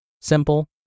simple